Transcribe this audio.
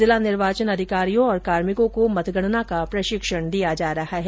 जिला निर्वाचन अधिकारियों और कार्मिको को मतगणना का प्रशिक्षण दिया जा रहा है